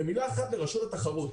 ומילה אחת לרשות התחרות: